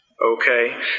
Okay